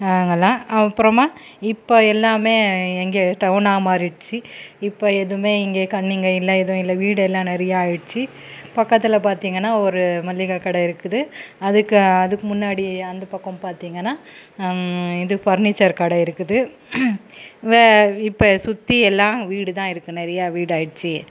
நாங்கல்லாம் அப்புறமா இப்போ எல்லாமே எங்கே டவுனாக மாறிடுச்சு இப்போ எதுவுமே இங்கே கண்ணிங்க இல்லை எதுவும் இல்லை வீடு எல்லாம் நிறையாயிடுச்சு பக்கத்தில் பார்த்திங்கன்னா ஒரு மளிகை கடை இருக்குது அதுக்கு அதுக்கு முன்னாடி அந்த பக்கம் பார்த்திங்கன்னா இது ஃபர்னிச்சர் கடை இருக்குது இப்போ சுற்றி எல்லாம் வீடுதானிருக்கு நிறைய வீடு ஆயிடுச்சு